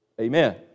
Amen